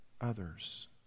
others